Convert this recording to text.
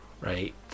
right